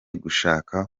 gushaka